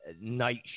night